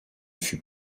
fut